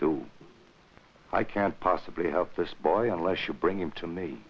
do i can't possibly help this boy unless you bring him to me